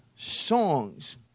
Songs